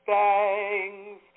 thanks